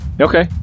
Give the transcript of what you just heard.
Okay